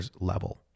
level